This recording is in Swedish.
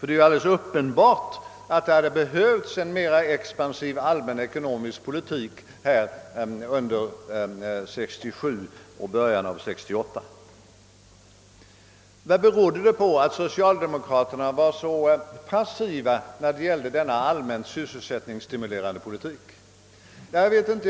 Det är nu alldeles uppenbart att det hade behövts en mer expansiv allmän ekonomisk politik under 1967 och i början av år 1968. Vad berodde det på att socialdemokraterna var så passiva när det gällde denna allmänt sysselsättningsstimulerande politik? Jag vet inte.